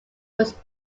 was